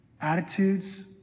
attitudes